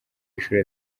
ishuri